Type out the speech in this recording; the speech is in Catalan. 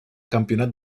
campionat